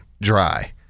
dry